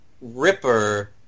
Ripper